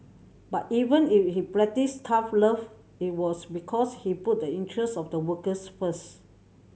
but even if he practised tough love it was because he put the interest of the workers first